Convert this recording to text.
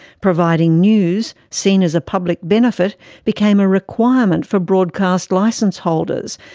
providing news seen as a public benefit became a requirement for broadcast license-holders,